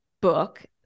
book